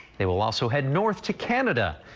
they will also head north to canada.